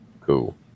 Cool